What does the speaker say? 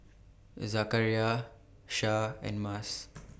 Zakaria Shah and Mas